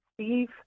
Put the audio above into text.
Steve